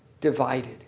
divided